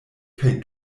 kaj